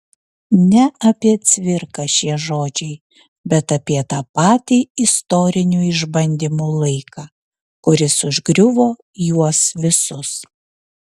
ne apie cvirką šie žodžiai bet apie tą patį istorinių išbandymų laiką kuris užgriuvo juos visus